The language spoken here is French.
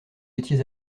étiez